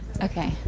Okay